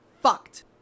fucked